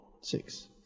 six